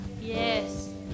Yes